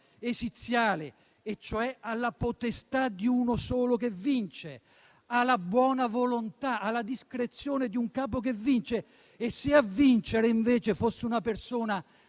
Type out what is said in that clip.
esiziale e cioè alla potestà di uno solo che vince, alla buona volontà, alla discrezione di un capo che vince. E se a vincere invece fosse una persona